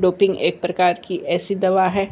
doping एक प्रकार की ऐसी दवा है